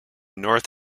north